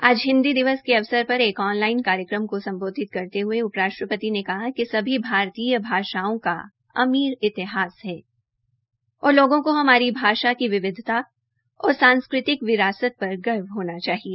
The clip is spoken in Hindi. आज हिन्दी दिवस के अवसर पर एक ऑनलाइन कार्यक्रम को सम्बोधित करते हये उप राष्ट्रपति ने कहा कि सभी भारतीय भाषाओं का अमीर इतिहास है और लोगों को हमारी भाषा की विविधता और सांस्कृतिक विरासत पर गर्व होना चाहिए